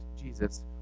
Jesus